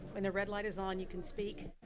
when the red light is on you can speak.